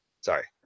Sorry